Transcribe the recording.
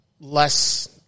Less